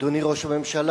אדוני ראש הממשלה,